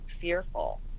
fearful